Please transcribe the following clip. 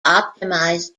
optimize